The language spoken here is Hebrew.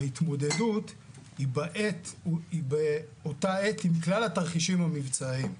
וההתמודדות באותה עת היא עם כלל התרחישים המבצעיים.